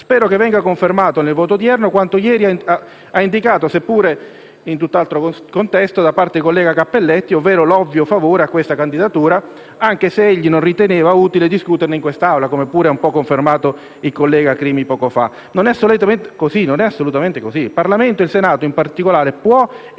Spero che venga confermato nel voto odierno quanto ieri ha indicato, seppure in tutt'altro contesto, il collega Cappelletti, ovvero l'ovvio favore alla candidatura, anche se egli non riteneva utile discuterne in quest'Aula, come pure ha un po' confermato il collega Crimi poco fa. Non è assolutamente così. Il Parlamento, e il Senato in particolare, può